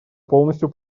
полностью